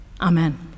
Amen